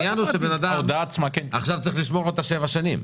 העניין הוא שאדם צריך לשמור אותה שבע שנים.